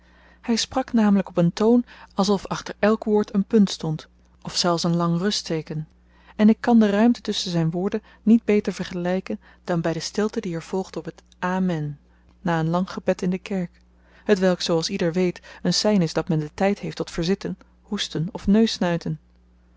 hy sprak namelyk op een toon alsof achter elk woord een punt stond of zelfs een lang rustteeken en ik kan de ruimte tusschen zyn woorden niet beter vergelyken dan by de stilte die er volgt op het amen na een lang gebed in de kerk hetwelk zooals ieder weet een sein is dat men den tyd heeft tot verzitten hoesten of